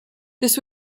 this